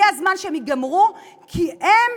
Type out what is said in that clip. הגיע הזמן שהם ייגמרו, כי הם